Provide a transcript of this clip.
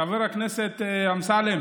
חבר הכנסת אמסלם